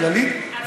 כללית,